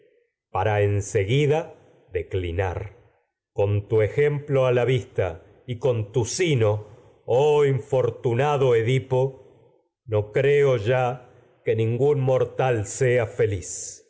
para en y con declinar con infortunado ejemplo no la ya vista que tu edipo creo ningún mortal sea feliz